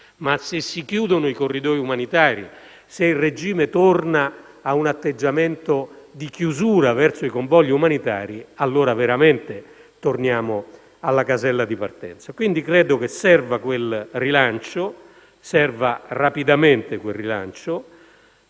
Se però si chiudono i corridoi umanitari, se il regime torna a un atteggiamento di chiusura verso i convogli umanitari, allora veramente torniamo alla casella di partenza. Credo, quindi, che serva rapidamente un rilancio.